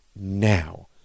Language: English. now